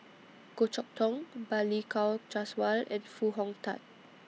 Goh Chok Tong Balli Kaur Jaswal and Foo Hong Tatt